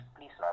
Please